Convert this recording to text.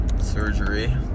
Surgery